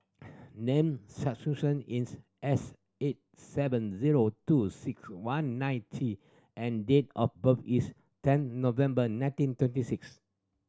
name is S eight seven zero two six one nine T and date of birth is ten November nineteen twenty six